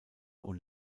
und